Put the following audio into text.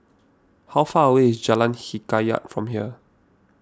how far away is Jalan Hikayat from here